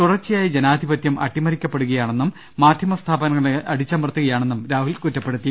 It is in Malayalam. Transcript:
തുടർച്ചയായി ജനാധിപത്യം അട്ടിമറിക്കപ്പെടുകയാണെന്നും മാധ്യമസ്ഥാപനങ്ങളെ അടി ച്ചമർത്തുകയാണെന്നും രാഹുൽ കുറ്റപ്പെടുത്തി